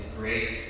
grace